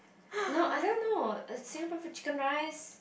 no I don't know err Singaporean food chicken rice